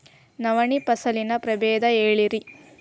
ನವಣಿ ಫಸಲಿನ ಪ್ರಭೇದ ಹೇಳಿರಿ